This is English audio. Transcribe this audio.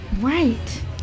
Right